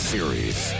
Series